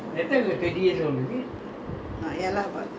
I came back from india lah after that then about twenty lah